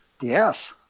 Yes